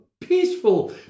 peaceful